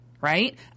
right